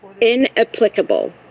inapplicable